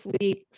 leaks